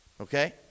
Okay